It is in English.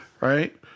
Right